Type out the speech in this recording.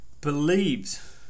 believes